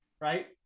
right